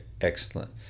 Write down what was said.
excellent